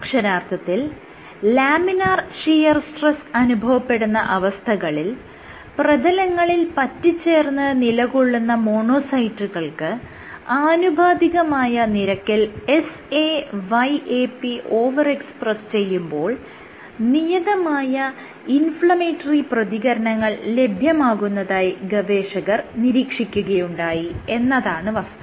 അക്ഷരാർത്ഥത്തിൽ laminar shear stress അനുഭവപ്പെടുന്ന അവസ്ഥകളിൽ പ്രതലങ്ങളിൽ പറ്റിച്ചേർന്ന് നിലകൊള്ളുന്ന മോണോസൈറ്റുകൾക്ക് ആനുപാതികമായ നിരക്കിൽ SA YAP ഓവർ എക്സ്പ്രെസ്സ് ചെയ്യുമ്പോൾ നിയതമായ ഇൻഫ്ലമേറ്ററി പ്രതികരണങ്ങൾ ലഭ്യമാകുന്നതായി ഗവേഷകർ നിരീക്ഷിക്കുകയുണ്ടായി എന്നതാണ് വസ്തുത